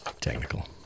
Technical